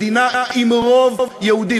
מדינה עם רוב יהודי,